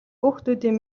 хүүхдүүдийн